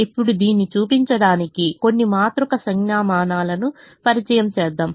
ఇప్పుడు దీన్ని చూపించడానికి కొన్ని మాతృక సంజ్ఞామానాలను పరిచయం చేద్దాం